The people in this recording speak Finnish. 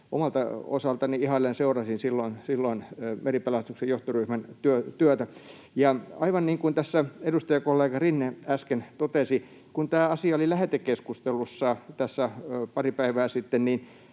Omalta osaltani ihaillen seurasin silloin meripelastuksen johtoryhmän työtä. Aivan niin kuin tässä edustajakollega Rinne äsken totesi... Kun tämä asia oli lähetekeskustelussa tässä pari päivää sitten,